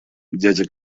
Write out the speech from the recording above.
дядя